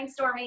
brainstorming